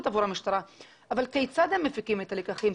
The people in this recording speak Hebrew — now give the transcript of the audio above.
עבור המשטרה אבל כיצד הם מפיקים את הלקחים,